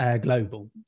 Global